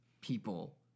people